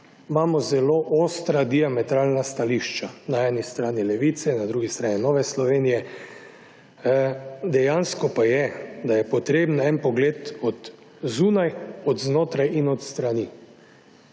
Imamo zelo ostra diametralna stališča. Na eni strani Levice, na drugi strani Nove Slovenije. Dejansko pa je, da je potreben en pogled od zunaj, od znotraj in od strani.